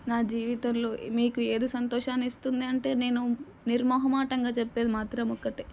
నా జీవితంలో మీకు ఏది సంతోషాన్ని ఇస్తుంది అంటే నేను నిర్మోహమాటంగా చెప్పేది మాత్రం ఒక్కటే